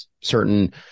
certain